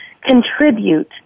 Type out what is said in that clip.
contribute